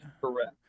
Correct